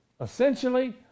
essentially